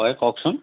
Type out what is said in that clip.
হয় কওকচোন